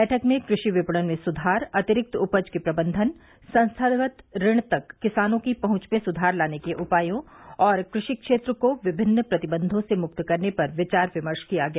बैठक में कृषि विपणन में सुधार अतिरिक्त उपज के प्रबंधन संस्थागत ऋण तक किसानों की पहंच में सुधार लाने के उपायों और कृषि क्षेत्र को विभिन्न प्रतिबंधों से मुक्त करने पर विचार विमर्श किया गया